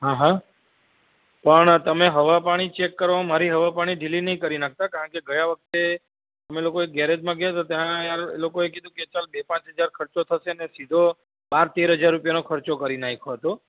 હા હા પણ તમે હવા પાણી ચેક કરાવામાં મારી હવા પાણી ઢીલી નઈ કરી નાખતા કારણકે ગયા વખતે અમે લોકો એ ગેરેજમાં ગયા તા ત્યાં એ લોકો કીધું કે ચલ બે પાચ હજાર ખર્ચો થશે સીધો બાર તેર હજાર રૂપિયાનો ખર્ચો કરી નાઈખો તો